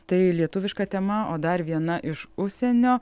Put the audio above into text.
tai lietuviška tema o dar viena iš užsienio